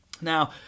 Now